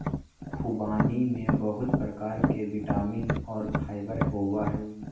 ख़ुबानी में बहुत प्रकार के विटामिन और फाइबर होबय हइ